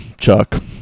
Chuck